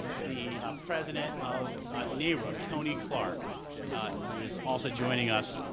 the president of naruc, tony clark who is also joining us.